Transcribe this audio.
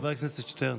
חבר הכנסת שטרן.